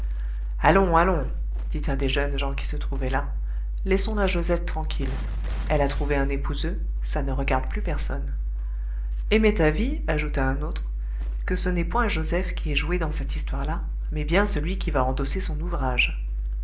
allons allons dit un des jeunes gens qui se trouvaient là laissons la josette tranquille elle a trouvé un épouseux ça ne regarde plus personne et m'est avis ajouta un autre que ce n'est point joseph qui est joué dans cette histoire-là mais bien celui qui va endosser son ouvrage